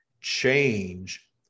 change